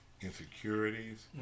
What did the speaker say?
insecurities